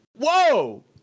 whoa